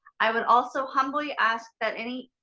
i would also humbly ask that any,